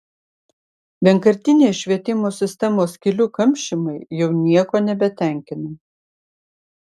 vienkartiniai švietimo sistemos skylių kamšymai jau nieko nebetenkina